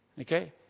Okay